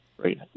Great